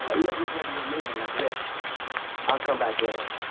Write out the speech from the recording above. let me have your name and address i'll come back later.